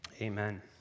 Amen